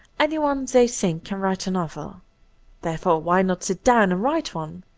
anyone, they think, can write a novel therefore, why not sit down and write one?